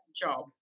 job